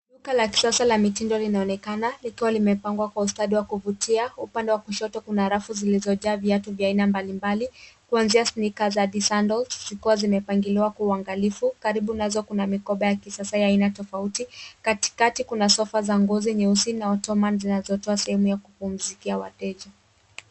Duka la kisasa la mitindo linaonekana, likiwa limepangwa kwa ustadi wa kuvutia. Upande wa kushoto kuna rafu zilizojaa viatu vya aina mbalimbali, kuanzia sneakers hadi sandals zikiwa zimepangiliwa kwa uangalifu. Karibu nazo kuna mikoba ya kisasa ya aina tofauti. Katikati kuna sofa za ngozi nyeusi, na ottoman zinazotoa sehemu ya kupumizikia wateja.